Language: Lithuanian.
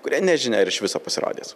kurie nežinia ar iš viso pasirodys